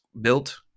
built